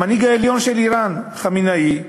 המנהיג העליון של איראן, חמינאי,